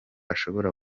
ashobora